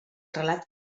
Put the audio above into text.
relat